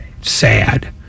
sad